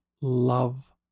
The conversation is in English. love